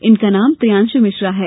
इनका नाम प्रियांशु मिश्रा है